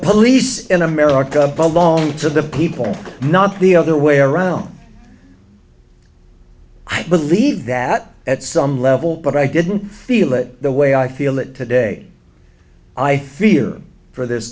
police in america belong to the people not the other way around i believe that at some level but i didn't feel it the way i feel it today i theer for this